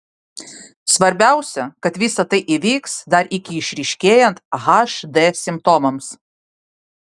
svarbiausia kad visa tai įvyks dar iki išryškėjant hd simptomams